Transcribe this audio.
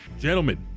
Gentlemen